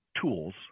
tools